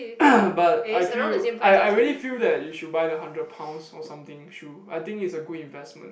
but I feel I I really feel that you should buy the hundred pounds or something shoe I think is a good investment